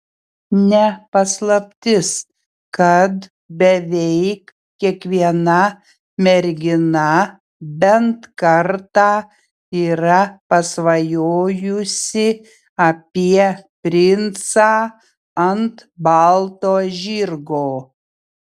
ne paslaptis kad beveik kiekviena mergina bent kartą yra pasvajojusi apie princą ant balto žirgo